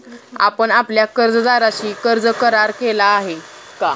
आपण आपल्या कर्जदाराशी कर्ज करार केला आहे का?